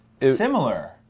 similar